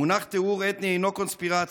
המונח "טיהור אתני" אינו קונספירציה,